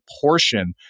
portion